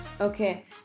Okay